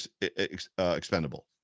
expendable